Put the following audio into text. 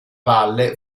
valle